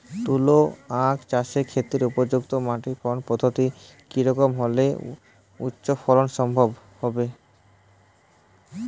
তুলো আঁখ চাষের ক্ষেত্রে উপযুক্ত মাটি ফলন পদ্ধতি কী রকম হলে উচ্চ ফলন সম্ভব হবে?